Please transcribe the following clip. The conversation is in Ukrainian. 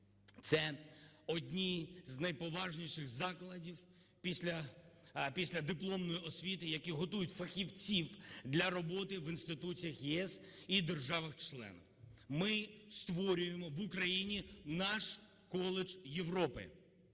Це одні з найповажніших закладів післядипломної освіти, які готують фахівців для роботи в інституціях ЄС і державах-членах. Ми створюємо в Україні наш коледж Європи.